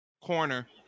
corner